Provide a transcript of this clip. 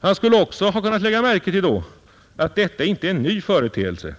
Han skulle då också ha kunnat lägga märke till att detta inte är en ny företeelse